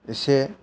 एसे